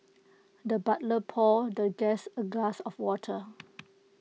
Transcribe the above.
the butler poured the guest A glass of water